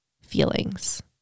feelings